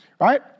right